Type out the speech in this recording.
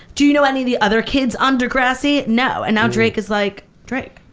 do you know any of the other kids on degrassi? no, and now drake is like drake.